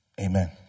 Amen